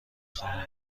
خواهم